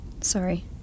Sorry